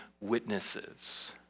witnesses